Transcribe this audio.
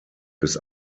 bis